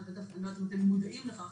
אתם מודעים לכך,